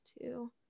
two